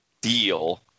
deal